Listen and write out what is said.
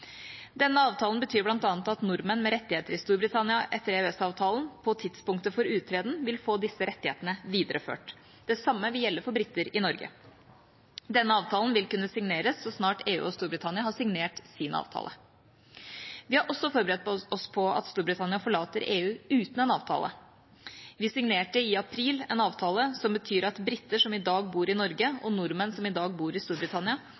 Denne avtalen betyr bl.a. at nordmenn med rettigheter i Storbritannia etter EØS-avtalen på tidspunktet for uttreden vil få disse rettighetene videreført. Det samme vil gjelde for briter i Norge. Denne avtalen vil kunne signeres så snart EU og Storbritannia har signert sin avtale. Vi har også forberedt oss på at Storbritannia forlater EU uten en avtale. Vi signerte i april en avtale som betyr at briter som i dag bor i Norge, og nordmenn som i dag bor i Storbritannia,